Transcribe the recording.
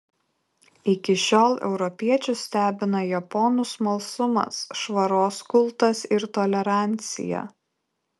iki šiol europiečius stebina japonų smalsumas švaros kultas ir tolerancija